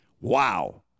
wow